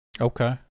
Okay